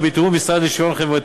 בצלאל,